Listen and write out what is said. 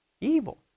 Evil